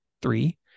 Three